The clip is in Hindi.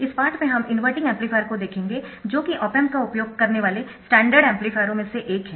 इस पाठ में हम इनवर्टिंग एम्पलीफायर को देखेंगे जो कि ऑप एम्प का उपयोग करने वाले स्टैंडर्ड एम्पलीफायरों में से एक है